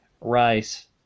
rice